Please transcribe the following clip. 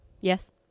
Yes